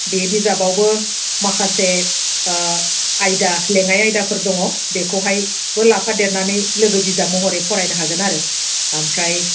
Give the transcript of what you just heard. बे बिजाबावबो माखासे आयदा लेङाइ आयदाफोर दङ बेखौहायबो लाफादेरनानै लोगो बिजाब महरै फरायनो हागोन आरो ओमफ्राय